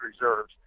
reserves